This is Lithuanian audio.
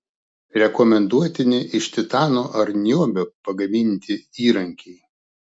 rekomenduotini iš titano ar niobio pagaminti įrankiai